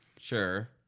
Sure